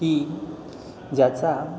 की ज्याचा